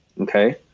okay